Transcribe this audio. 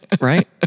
Right